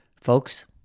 Folks